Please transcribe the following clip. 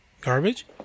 Garbage